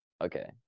Okay